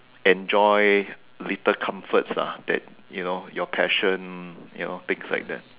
enjoy little comforts ah that you know your passion you know things like that